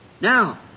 Now